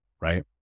right